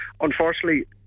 unfortunately